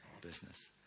business